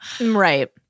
Right